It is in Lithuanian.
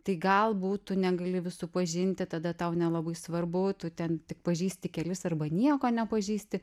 tai galbūt tu negali visų pažinti tada tau nelabai svarbu tu ten tik pažįsti kelis arba nieko nepažįsti